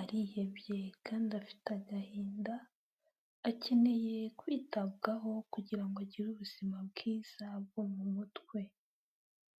arihebye kandi afite agahinda, akeneye kwitabwaho, kugira ngo agire ubuzima bwiza, bwo mu mutwe.